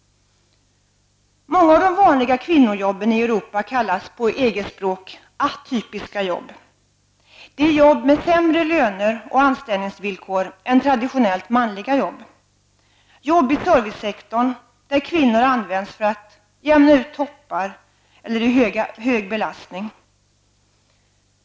Många av de vanliga kvinnojobben i Europa kallas på EG-språk atypiska jobb. Det är jobb med sämre löner och anställningsvillkor än traditionellt manliga jobb, t.ex. jobb i servicesektorn, där kvinnor används för att jämna ut toppar eller hjälpa till vid stor belastning.